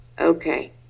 Okay